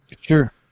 Sure